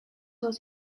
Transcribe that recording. was